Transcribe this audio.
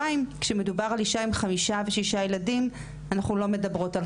כשמדובר על אישה עם חמישה וששה ילדים אנחנו לא מדברות על